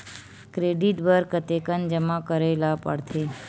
Credit बर कतेकन जमा करे ल पड़थे?